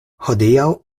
hodiaŭ